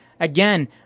Again